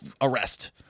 arrest